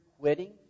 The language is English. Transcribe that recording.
quitting